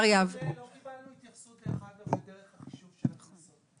לא קיבלנו התייחסות לדרך החישוב של הקנסות.